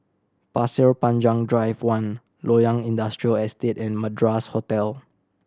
Pasir Panjang Drive One Loyang Industrial Estate and Madras Hotel